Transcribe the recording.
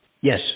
Yes